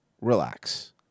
Relax